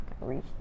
reach